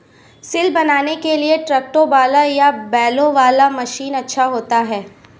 सिल बनाने के लिए ट्रैक्टर वाला या बैलों वाला मशीन अच्छा होता है?